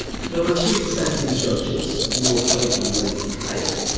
there were two dissenting judges, lord hope and lady hayle,